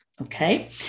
Okay